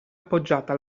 appoggiata